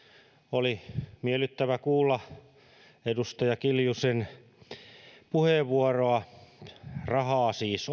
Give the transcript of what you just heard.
oli miellyttävä kuulla edustaja kiljusen puheenvuoroa rahaa siis